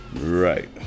right